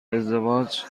ازدواج